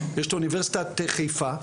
יש את אוניברסיטת חיפה,